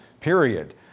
period